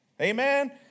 Amen